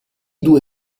due